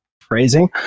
phrasing